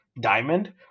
diamond